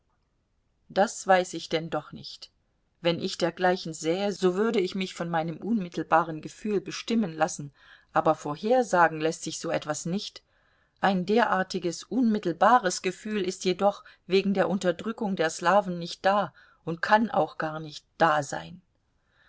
das weiß ich denn doch nicht wenn ich dergleichen sähe so würde ich mich von meinem unmittelbaren gefühl bestimmen lassen aber vorhersagen läßt sich so etwas nicht ein derartiges unmittelbares gefühl ist jedoch wegen der unterdrückung der slawen nicht da und kann auch gar nicht da sein